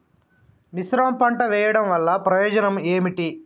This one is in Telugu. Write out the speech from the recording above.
మిశ్రమ పంట వెయ్యడం వల్ల ప్రయోజనం ఏమిటి?